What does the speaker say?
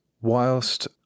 whilst